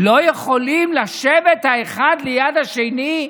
לא יכולים לשבת אחד ליד השני?